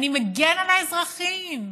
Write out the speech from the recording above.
אני מגן על האזרחים.